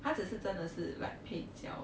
他只是真的是 like 配角